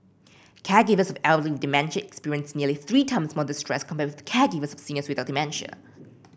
caregivers elderly dementia experienced nearly three times more distress compared with caregivers of seniors without dementia